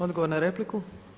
Odgovor na repliku.